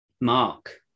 Mark